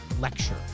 lecture